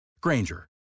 Granger